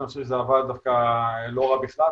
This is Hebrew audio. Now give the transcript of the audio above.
אני חושב שזה עבד דווקא לא רע בכלל,